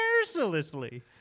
Mercilessly